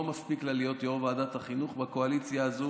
לא מספיק לה להיות יו"ר ועדת החינוך בקואליציה הזו,